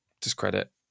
discredit